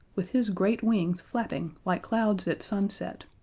with his great wings flapping like clouds at sunset,